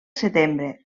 setembre